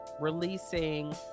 releasing